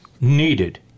Needed